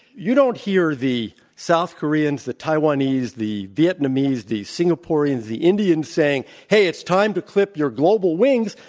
you don't hear the south koreans, the taiwanese, the vietnamese, the singaporeans, the indians saying, hey, it's time to clip your global wings,